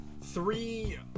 three